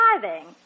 driving